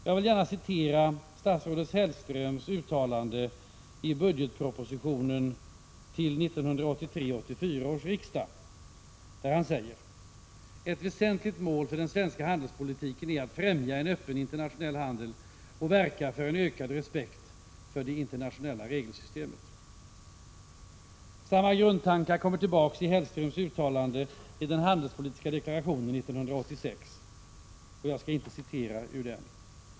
Jag vill gärna citera statsrådet Hellströms uttalande i budgetpropositionen till 1983/84 års riksdag, där han säger: ”Ett väsentligt mål för den svenska handelspolitiken är att främja en öppen internationell handel och verka för en ökad respekt för det internationella regelsystemet.” Samma tankegångar kommer tillbaka i Hellströms uttalande i den handelspolitiska deklarationen 1986 — jag skall dock inte citera ur den.